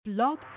Blog